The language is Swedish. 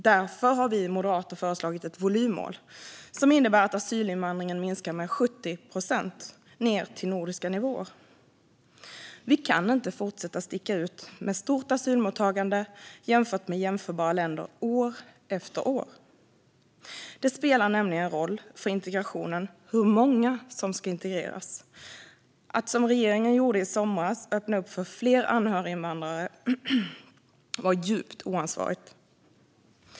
Därför har vi moderater föreslagit ett volymmål, som innebär att asylinvandringen minskar med 70 procent, ned till nordiska nivåer. Vi kan inte fortsätta sticka ut med stort asylmottagande jämfört med jämförbara länder år efter år. Det spelar nämligen roll för integrationen hur många som ska integreras. Att, som regeringen gjorde i somras, öppna upp för fler anhöriginvandrare var djupt oansvarigt.